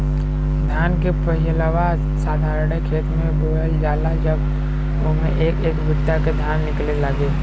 धान के पहिलवा साधारणे खेत मे बोअल जाला जब उम्मे एक एक बित्ता के धान निकले लागे